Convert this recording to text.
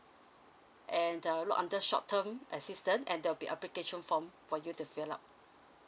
and uh look under short term assistant and there will be application form for you to fill up